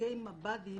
שתיקי מב"דים